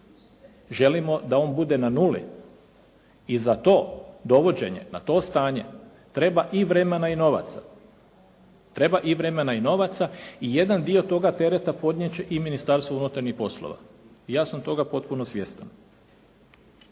Želimo da on bude na nuli i za to dovođenje na to stanje treba i vremena i novaca i jedan dio toga tereta podnijet će i Ministarstvo unutarnjih poslova. Ja sam toga potpuno svjestan.